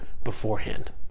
beforehand